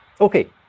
Okay